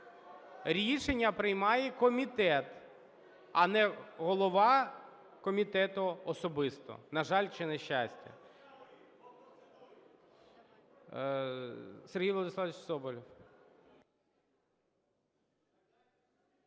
Рішення приймає комітет, а не голова комітету особисто, на жаль, чи, на щастя.